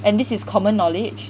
and this is common knowledge